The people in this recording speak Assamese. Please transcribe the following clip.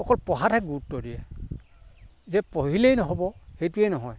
অকল পঢ়াতহে গুৰুত্ব দিয়ে যে পঢ়িলেই নহ'ব সেইটোৱে নহয়